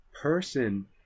person